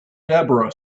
debra